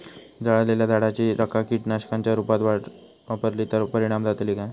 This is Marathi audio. जळालेल्या झाडाची रखा कीटकनाशकांच्या रुपात वापरली तर परिणाम जातली काय?